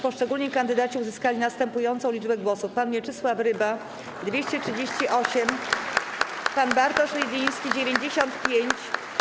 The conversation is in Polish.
Poszczególni kandydaci uzyskali następującą liczbę głosów: pan Mieczysław Ryba - 238, pan Bartosz Rydliński - 95.